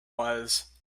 was